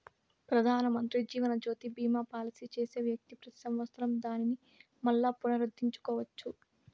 పెదానమంత్రి జీవనజ్యోతి బీమా పాలసీ చేసే వ్యక్తి పెతి సంవత్సరం దానిని మల్లా పునరుద్దరించుకోవచ్చు